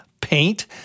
paint